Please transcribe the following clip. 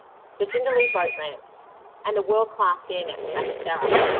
the jindalee boat ramp and a world class bmx track at darra.